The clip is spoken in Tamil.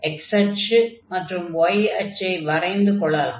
x அச்சு மற்றும் y அச்சை வரைந்து கொள்ளலாம்